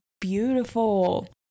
beautiful